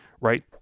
right